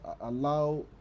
allow